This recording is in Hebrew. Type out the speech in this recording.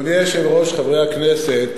אדוני היושב-ראש, חברי הכנסת,